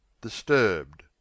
Disturbed